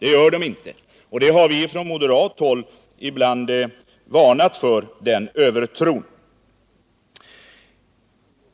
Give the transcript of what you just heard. Så är inte fallet, och vi har ibland från moderat håll varnat för en sådan övertro.